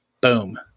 Boom